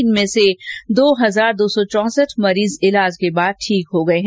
इनमें से दो हजार दो सौ चौंसठ मरीज़ ईलाज बाद ठीक हो गए हैं